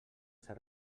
ser